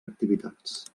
activitats